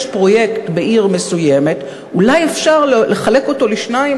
פרויקט בעיר מסוימת אולי אפשר לחלק אותו לשניים,